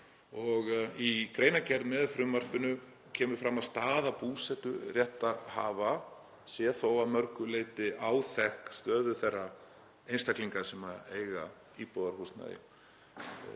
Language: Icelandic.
Í greinargerð með frumvarpinu kemur fram að staða búseturéttarhafa sé þó að mörgu leyti áþekk stöðu þeirra einstaklinga sem eiga íbúðarhúsnæði